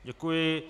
Děkuji.